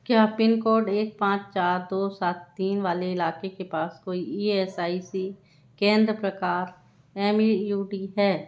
क्या pin code एक पाँच चार दो सात तीन वाले इलाके के पास कोई ई एस आई सी केंद्र प्रकार एम ई यू डी है